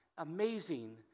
amazing